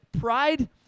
pride